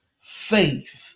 faith